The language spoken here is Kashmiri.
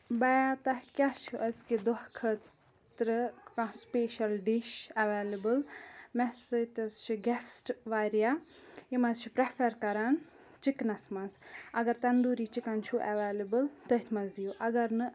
بیا تُہۍ کیٛاہ چھُ أزِ کہِ دۄہ خٲطرٕ کانٛہہ سُپیٚشَل ڈِش ایویلبل مےٚ سۭتۍ حظ چھِ گٮ۪سٹ واریاہ یِم حظ چھِ پرٮ۪فَر کَران چِکنَس منٛز اگر تَندوٗری چِکَن چھُ ایویلبل تٔتھۍ منٛز دِیو اگر نہٕ